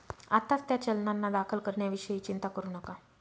आत्ताच त्या चलनांना दाखल करण्याविषयी चिंता करू नका